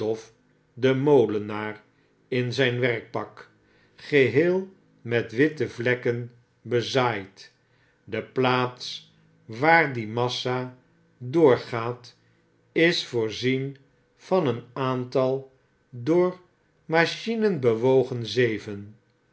den molenaar in zyn werkpak geheel met witte yiekken bezaaid de plaats waar die massa doorgaat is voorzien van een aantal door machinen bewogen zeven